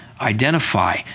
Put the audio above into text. identify